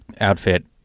outfit